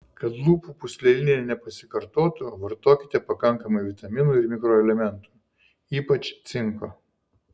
kad lūpų pūslelinė nepasikartotų vartokite pakankamai vitaminų ir mikroelementų ypač cinko